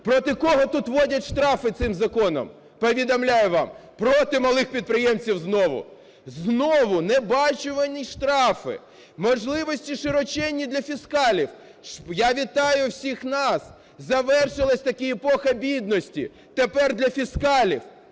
Проти кого тут вводять штрафи цим законом? Повідомляю вам: проти малих підприємців знову. Знову! Небачувані штрафи – можливості широченні для фіскалів! Я вітаю всіх нас: завершилася таки епоха бідності. Тепер для фіскалів.